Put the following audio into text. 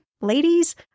ladies